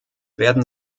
werden